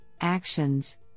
actions